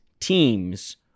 teams